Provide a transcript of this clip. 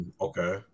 Okay